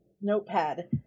notepad